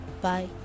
bye